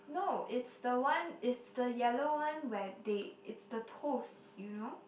no it's the one it's the yellow one where they it's the toast you know